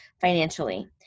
financially